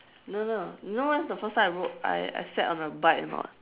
no no you know when was the first time I rode I I sat on the bike or not